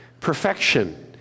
Perfection